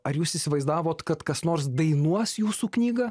ar jūs įsivaizdavot kad kas nors dainuos jūsų knygą